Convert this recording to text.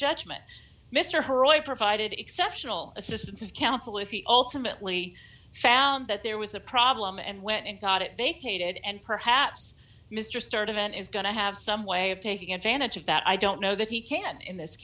judgment mr her ojt provided exceptional assistance of counsel if you ultimately found that there was a problem and went and got it vacated and perhaps mr start event is going to have some way of taking advantage of that i don't know that he can in this